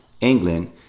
England